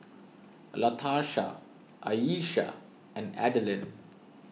Latarsha Ayesha and Adalynn